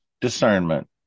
discernment